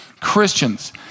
Christians